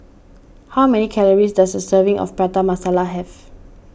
how many calories does a serving of Prata Masala have